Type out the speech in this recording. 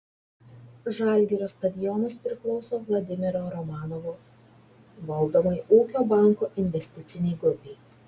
žalgirio stadionas priklauso vladimiro romanovo valdomai ūkio banko investicinei grupei